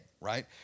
right